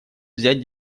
взять